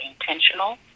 intentional